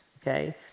okay